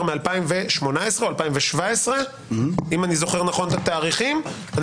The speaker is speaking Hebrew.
מ- 2018 או 2017 אם אני זוכר נכון את התאריכים,